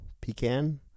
Pecan